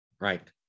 right